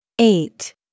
eight